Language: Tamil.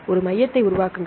ஒரு மையத்தை உருவாக்குங்கள்